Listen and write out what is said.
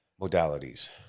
modalities